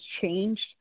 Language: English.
changed